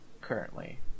currently